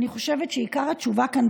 אני חושבת שעיקר התשובה כאן,